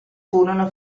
furono